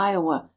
Iowa